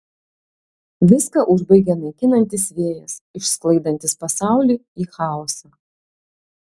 viską užbaigia naikinantis vėjas išsklaidantis pasaulį į chaosą